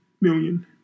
million